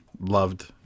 loved